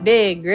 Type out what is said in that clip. Big